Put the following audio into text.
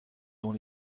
dont